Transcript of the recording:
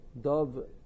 dove